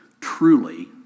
Truly